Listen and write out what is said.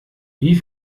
wie